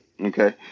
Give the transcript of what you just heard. Okay